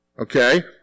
Okay